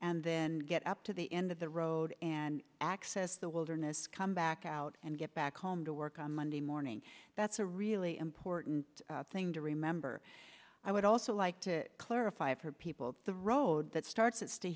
and then get up to the end of the road and access the wilderness come back out and get back home to work on monday morning that's a really important thing to remember i would also like to clarify for people the road that starts